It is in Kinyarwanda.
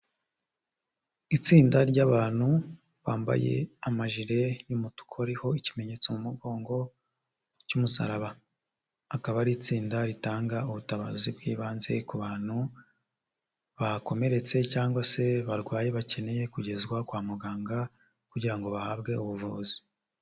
Itsinda ry'abantu bambaye amajire y'umutuku ariho ikimenyetso mu mugongo cy'umusaraba. Akaba ari itsinda ritanga ubutabazi bwi'banze ku bantu bakomeretse cyangwa se barwaye bakeneye kugezwa kwa muganga kugira ngo bahabwe ubuvuzi.